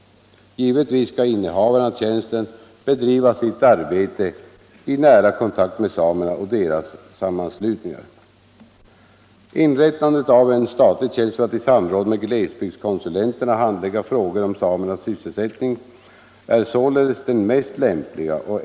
Givetvis skall innehavaren av tjänsten bedriva sitt arbete i nära kontakt med samerna och deras sammanslutningar. Fru talman!